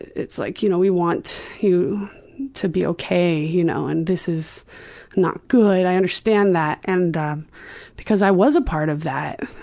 like you know we want you to be okay you know and this is not good. i understand that and um because i was a part of that.